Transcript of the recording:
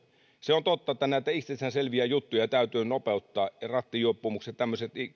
se on totta että näitä itsestäänselviä juttuja täytyy nopeuttaa ja rattijuopumukset tämmöiset